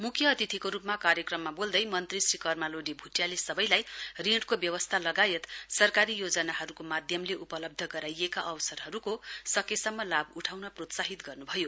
मुख्य अतिथिको रूपमा कार्यक्रममा बोल्दै मन्त्री श्री कर्मा लोडे भुटियाले सबैलाई ऋणको व्यवस्था लगायत सरकारी योजनाहरूको माध्यमले उपलब्ध गराइएका अवसरहरूको सकेसम्म लाभ उठाउन प्रोत्साहित गर्नुभयो